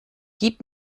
gib